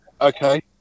okay